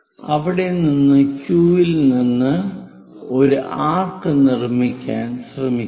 അവിടെ നിന്ന് Q ൽ നിന്ന് ഒരു ആർക്ക് നിർമ്മിക്കാൻ ശ്രമിക്കുക